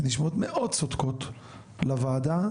שנשמעות מאוד צודקות, לוועדה.